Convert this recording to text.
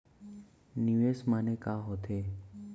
निवेश माने का होथे?